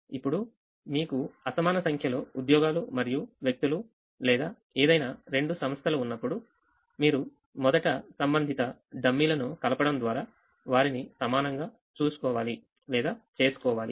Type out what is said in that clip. ఇప్పుడు మీకు అసమాన సంఖ్యలో ఉద్యోగాలు మరియు వ్యక్తులు లేదా ఏదైనా రెండు సంస్థలు ఉన్నప్పుడు మీరు మొదట సంబంధిత డమ్మీలను కలపడం ద్వారా వారిని సమానంగా చేసుకోవాలి